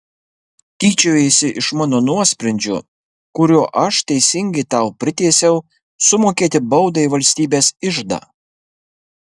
tyčiojaisi iš mano nuosprendžio kuriuo aš teisingai tau priteisiau sumokėti baudą į valstybės iždą